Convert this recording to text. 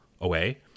away